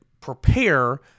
prepare